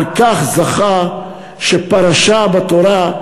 ועל כך זכה שפרשה בתורה,